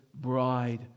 bride